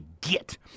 get